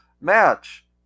match